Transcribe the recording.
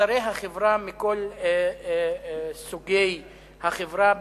מגזרי החברה, מכל סוגי החברה.